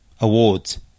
Awards